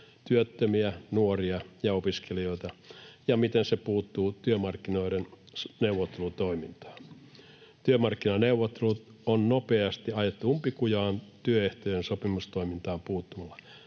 työttömiä, nuoria ja opiskelijoita ja jolla se puuttuu työmarkkinoiden neuvottelutoimintaan. Työmarkkinaneuvottelut on nopeasti ajettu umpikujaan työehtojen sopimustoimintaan puuttumalla.